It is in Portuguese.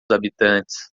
habitantes